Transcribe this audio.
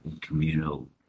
communal